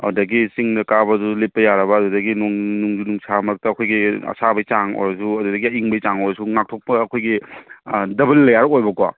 ꯑꯗꯒꯤ ꯆꯤꯡꯗ ꯀꯥꯕꯁꯨ ꯂꯤꯠꯄ ꯌꯥꯔꯕ ꯑꯗꯨꯗꯒꯤ ꯅꯣꯡꯖꯨ ꯅꯨꯡꯁꯥ ꯃꯔꯛꯇ ꯑꯩꯈꯣꯏꯒꯤ ꯑꯁꯥꯕꯩꯆꯥꯡ ꯑꯣꯏꯔꯁꯨ ꯑꯗꯨꯗꯒꯤ ꯑꯌꯤꯡꯕꯒꯤ ꯆꯥꯡ ꯑꯣꯏꯔꯁꯨ ꯉꯥꯛꯊꯣꯛꯄ ꯑꯩꯈꯣꯏꯒꯤ ꯗꯕꯜ ꯂꯦꯌꯔ ꯑꯣꯏꯕꯀꯣ